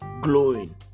glowing